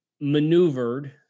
maneuvered